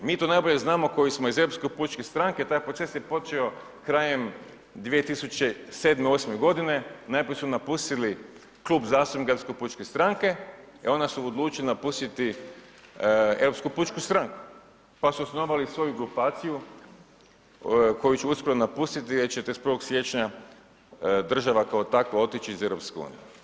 Mi to najbolje znamo koji smo iz Europske pučke stranke, taj proces je počeo krajem 2007., osme godine, najprije su napustili Klub zastupnika Europske pučke stranke i onda su odlučili napustiti Europsku pučku stranku pa su osnovali svoju grupaciju koju ću uskoro napustiti jer 31. siječnja država kao takva otići iz EU.